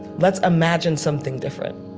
let's imagine something different